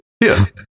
Yes